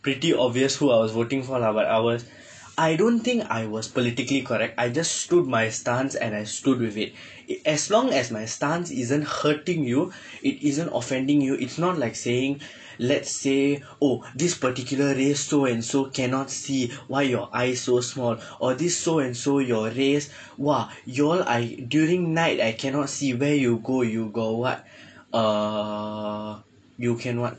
pretty obvious who I was voting for lah but I was I don't think I was politically correct I just stood my stance and I stood with it it as long as my stance isn't hurting you it isn't offending you it's not like saying let's say oh this particularly race so and so cannot see why your eyes so small or this so and so your race !wah! you all I during night I cannot see where you go you got [what] uh you can [what]